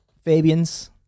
Fabian's